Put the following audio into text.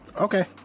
Okay